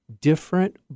different